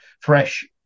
fresh